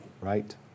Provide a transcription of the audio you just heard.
Right